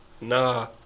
Nah